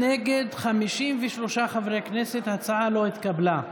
בבקשה, חבר הכנסת איימן עודה,